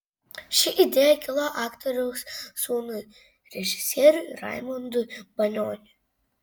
ši idėja kilo aktoriaus sūnui režisieriui raimundui banioniui